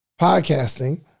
podcasting